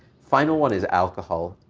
final one is alcohol.